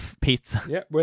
pizza